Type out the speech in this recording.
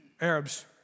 Arabs